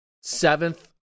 seventh